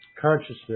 consciousness